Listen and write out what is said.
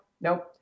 Nope